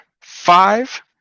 five